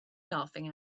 laughing